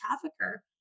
trafficker